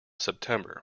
september